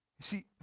see